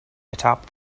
atop